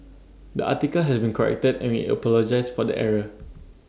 the article has been corrected and we apologise for the error